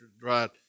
dried